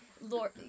lord